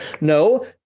no